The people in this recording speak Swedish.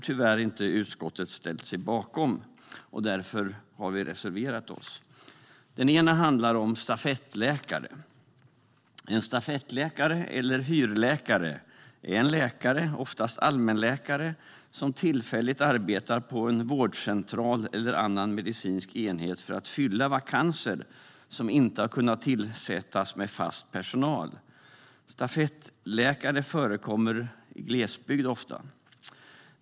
Tyvärr har utskottet inte ställt sig bakom dem, varför vi har reserverat oss. Den ena motionen handlar om stafettläkare. En stafettläkare eller hyrläkare är en läkare, oftast allmänläkare, som tillfälligt arbetar på en vårdcentral eller annan medicinsk enhet för att fylla vakanser som inte kunnat tillsättas med fast personal. Stafettläkare förekommer ofta i glesbygd.